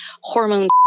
hormone